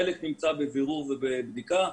חלק נמצא בבירור ובבדיקה,